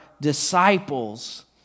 disciples